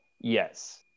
Yes